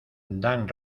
dan